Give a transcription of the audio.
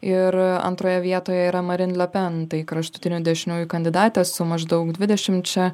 ir antroje vietoje yra marin le pen tai kraštutinių dešiniųjų kandidatė su maždaug dvidešimčia